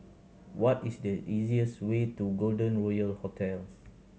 what is the easiest way to Golden Royal Hotel